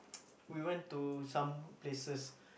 we went to some places